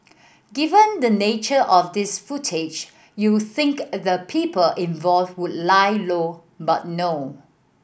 given the nature of this footage you think the people involved would lie low but no